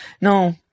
No